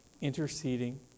interceding